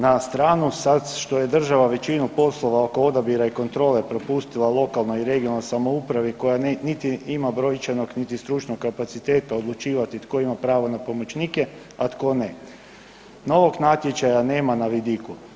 Na stranu sad što je država većinu poslova oko odabira i kontrole prepustila lokalnoj i regionalnoj samoupravi koja niti ima brojčanog, niti stručnog kapaciteta odlučivati tko ima pravo na pomoćnike, a tko ne, novog natječaja nema na vidiku.